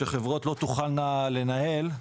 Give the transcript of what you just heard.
שחברות לא תוכלנה לנהל.